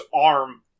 arm